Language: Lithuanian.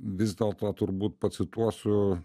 vis dėl to turbūt pacituosiu